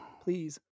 Please